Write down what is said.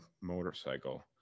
motorcycle